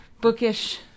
Bookish